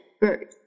bird